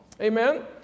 Amen